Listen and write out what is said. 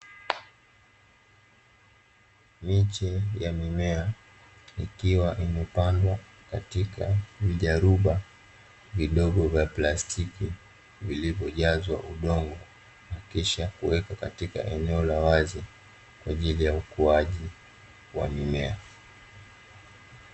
Miche ya mimea ikiwa imepandwa katika vijaruba vodogo vya plastiki vilivyojazwa udongo, kisha kuweka katika eneo la wazi kwa ajili ya ukuaji wa mimea.